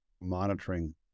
monitoring